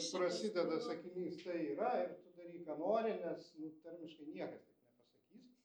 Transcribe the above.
prasideda sakinys tai yra ir tu daryk ką nori nes nu tarmiškai niekas taip nepasakys